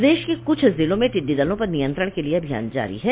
प्रदेश के कुछ जिलों में टिड्डी दलों पर नियंत्रण के लिये अभियान जारी है